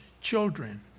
children